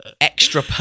extra